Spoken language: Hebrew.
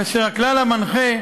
כאשר הכלל המנחה,